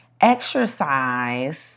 exercise